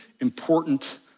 important